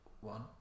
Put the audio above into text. one